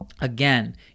Again